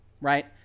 right